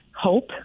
hope